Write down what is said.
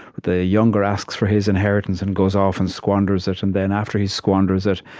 the younger asks for his inheritance and goes off and squanders it, and then after he squanders it,